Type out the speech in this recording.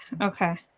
okay